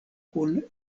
kun